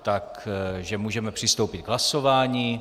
Takže můžeme přistoupit k hlasování.